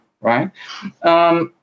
right